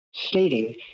stating